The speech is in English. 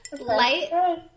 Light